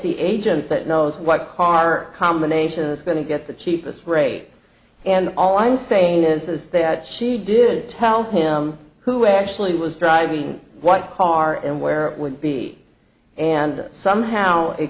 the agent that knows what car combination is going to get the cheapest break and all i'm saying is that she did tell him who actually was driving what car and where it would be and somehow it